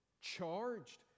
charged